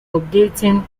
updating